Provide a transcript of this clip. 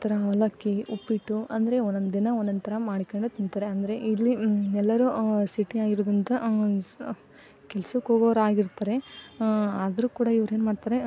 ಆನಂತರ ಅವಲಕ್ಕಿ ಉಪ್ಪಿಟ್ಟು ಅಂದರೆ ಒಂದೊಂದು ದಿನ ಒಂದೊಂದು ಥರ ಮಾಡ್ಕೊಂಡು ತಿಂತಾರೆ ಅಂದರೆ ಇಲ್ಲಿ ಎಲ್ಲರೂ ಸಿಟಿಯಾಗಿರೋದಂತ ಕೆಲಸಕ್ಕೋಗೋರಾಗಿರ್ತಾರೆ ಆದರೂ ಕೂಡ ಇವರೇನ್ಮಾಡ್ತಾರೆ